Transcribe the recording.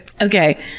Okay